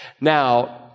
Now